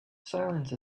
silence